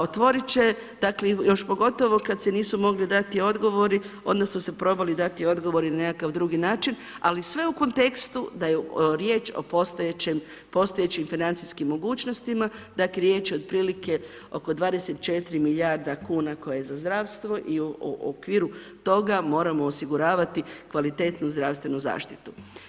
Otvoriti će, dakle još pogotovo kada se nisu mogli dati odgovori, onda su se probali dati odgovori na nekakav drugi način ali sve u kontekstu da je riječ o postojećim financijskim mogućnostima, dakle riječ je o otprilike oko 24 milijarda kuna koje je za zdravstvo i u okviru toga moramo osiguravati kvalitetnu zdravstvenu zaštitu.